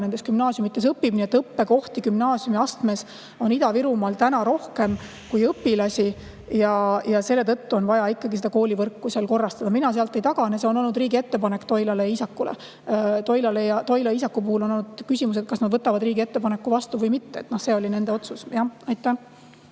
nendes gümnaasiumides õpib. Nii et õppekohti on gümnaasiumiastmes Ida-Virumaal rohkem kui õpilasi ja selle tõttu on vaja ikkagi koolivõrku seal korrastada. Mina sellest ei [distantseeru], see on olnud riigi ettepanek Toilale ja Iisakule. Toila ja Iisaku puhul on olnud küsimus, kas nad võtavad riigi ettepaneku vastu või mitte. See on nende otsus. Igor